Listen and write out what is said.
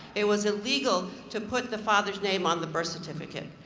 it was illegal to put the father's name on the birth certificate.